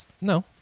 no